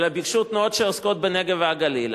אלא ביקשו תנועות שעוסקות בנגב ובגליל.